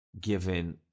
given